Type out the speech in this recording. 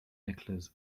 nicholas